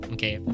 Okay